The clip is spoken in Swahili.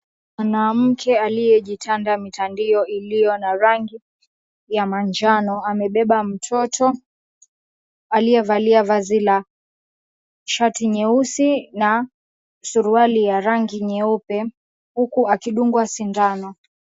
Mwanamke aliyejitanda mtandio ilio na rangi ya manjano amebeba mtoto aliyevalia vazi la shati nyeusi na suruali ya rangi nyeupe huku akidungwa sindano.